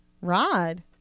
Rod